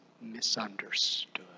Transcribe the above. misunderstood